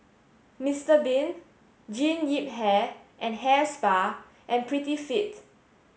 Msiter Bean Jean Yip Hair and Hair Spa and Prettyfit